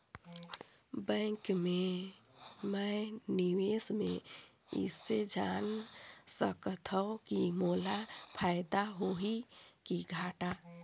Bank मे मैं निवेश मे कइसे जान सकथव कि मोला फायदा होही कि घाटा?